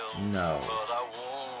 No